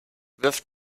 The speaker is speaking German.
wirft